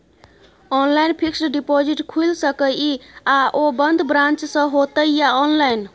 Online fixed deposit खुईल सके इ आ ओ बन्द ब्रांच स होतै या ऑनलाइन?